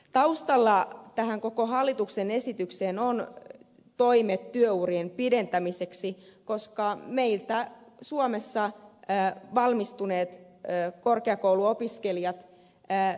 taustalla tähän koko hallituksen esitykseen ovat toimet työurien pidentämiseksi koska meillä suomessa valmistuneet korkeakouluopiskelijat pään